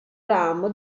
ramo